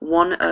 one